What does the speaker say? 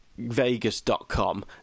Vegas.com